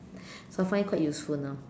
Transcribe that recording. so I find it quite useful now